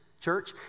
church